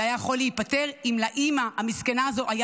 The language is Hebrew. זה היה יכול להיפתר אם לאימא המסכנה הזו היה